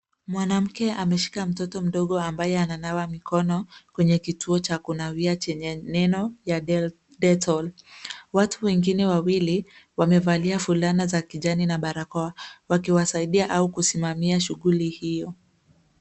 Mwanamke ameshika mtoto mdogo ambaye ananawa mikono kwenye kituo cha kunawia chenye neno (Detol). Watu wengine wawili wamevalia fulana za kijani na barakoa wakiwasaidia au kusimamia shuguli hiyo.